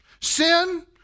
sin